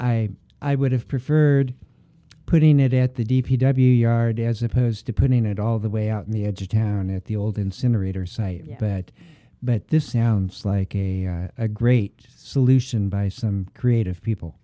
i i would have preferred putting it at the d p w yard as opposed to putting it all the way out in the edge of town at the old incinerator site you bet but this sounds like a great solution by some creative people